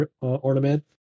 ornament